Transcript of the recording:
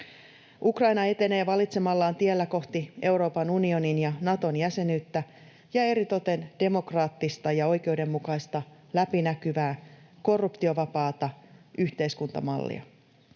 Ukraina etenee valitsemallaan tiellä kohti Euroopan unionin ja Naton jäsenyyttä ja eritoten demokraattista ja oikeudenmukaista, läpinäkyvää, korruptiovapaata yhteiskuntamallia.